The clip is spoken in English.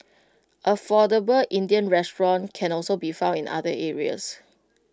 affordable Indian restaurants can also be found in other areas